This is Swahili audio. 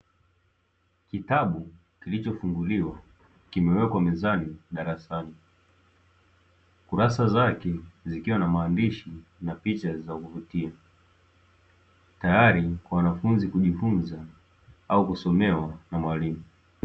Kitabu kilichofunguliwa kimewekwa mezani darasani. Kurasa zake zikiwa na maandishi na picha za kuvutia, tayari wanafunzi kujifunza au kusomewa na mwalimu.